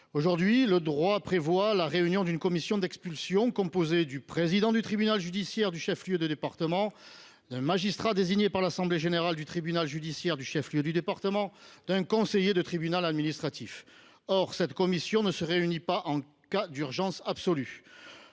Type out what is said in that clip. Aujourd’hui, le droit prévoit la réunion d’une commission d’expulsion composée du président du tribunal judiciaire du chef lieu du département, d’un magistrat désigné par l’assemblée générale du tribunal judiciaire du chef lieu du département et d’un conseiller de tribunal administratif. Cette commission ne se réunit pas en cas d’urgence absolue.